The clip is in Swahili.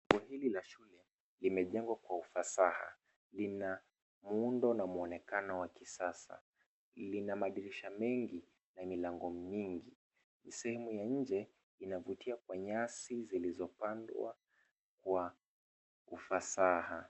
Jengo hili la shule limejengwa kwa ufasaha. Lina muundo na muonekano wa kisasa. Lina madirisha mengi na milango mingi. Sehemu ya nje inavutia kwa nyasi zilizopandwa kwa ufasaha.